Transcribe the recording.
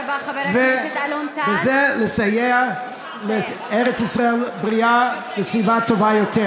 ובזה לסייע לארץ ישראל בריאה ולסביבה טובה יותר.